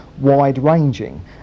wide-ranging